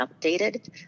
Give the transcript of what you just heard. updated